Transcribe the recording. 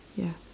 ya